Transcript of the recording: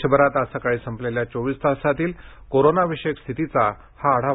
देशभरात आज सकाळी संपलेल्या चोवीस तासातील कोरोनाविषयक स्थितीचा हा आढावा